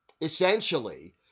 essentially